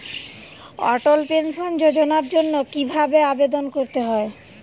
অটল pension যোজনার জন্য কি ভাবে আবেদন করতে হয়?